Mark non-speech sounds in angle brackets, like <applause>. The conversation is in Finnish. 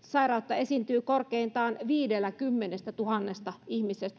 sairautta esiintyy korkeintaan viidellä ihmisellä kymmenestätuhannesta ja <unintelligible>